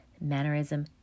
mannerism